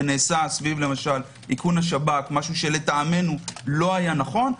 ונעשה למשל סביב איכון השב"כ משהו שלטעמנו לא היה נכון.